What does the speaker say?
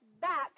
back